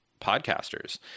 podcasters